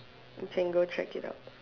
you can go check it out